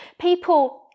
people